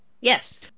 Yes